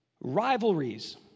rivalries